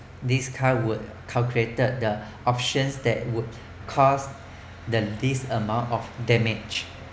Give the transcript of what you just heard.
this car would calculate the options that would cause than least amount of damage